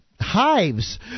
hives